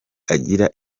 agira